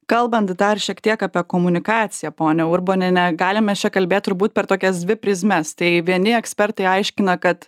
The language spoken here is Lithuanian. kalbant dar šiek tiek apie komunikaciją ponia urboniene galim mes čia kalbėt turbūt per tokias dvi prizmes tai vieni ekspertai aiškina kad